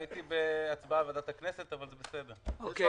תודה רבה,